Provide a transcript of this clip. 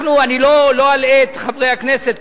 אני לא אלאה את חברי הכנסת,